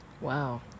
Wow